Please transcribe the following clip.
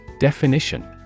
Definition